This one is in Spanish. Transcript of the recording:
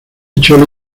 chole